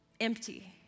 empty